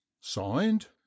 Signed